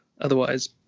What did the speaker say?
otherwise